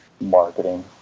marketing